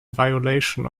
violation